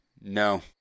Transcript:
No